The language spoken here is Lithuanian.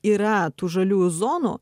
yra tų žaliųjų zonų